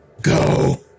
Go